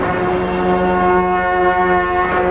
and